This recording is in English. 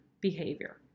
behavior